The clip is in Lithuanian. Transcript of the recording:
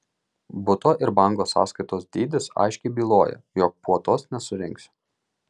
buto ir banko sąskaitos dydis aiškiai byloja jog puotos nesurengsiu